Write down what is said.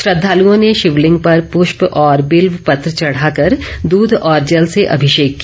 श्रद्धालुओं ने शिवलिंग पर पूष्प व बिल्व पत्र चढ़ाकर दूध और जल से अभिषेक किया